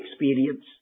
experience